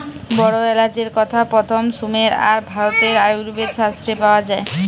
বড় এলাচের কথা প্রথম সুমের আর ভারতের আয়ুর্বেদ শাস্ত্রে পাওয়া যায়